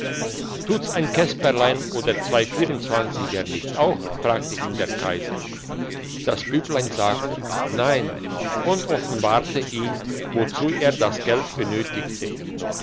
tut's ein käsperlein oder zwei vierundzwanziger nicht auch fragt ihn der kaiser das büblein sagte nein und offenbarte ihm wozu er das geld benötigt